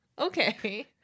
Okay